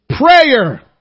Prayer